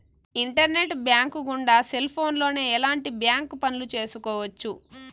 internet bank గుండా cell ఫోన్లోనే ఎలాంటి బ్యాంక్ పనులు చేసుకోవచ్చు